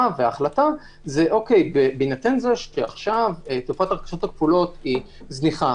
וההחלטה בהינתן זה שעכשיו תופעת ההרכשות הכפולות היא זניחה